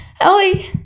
Ellie